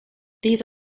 these